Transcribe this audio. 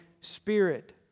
Spirit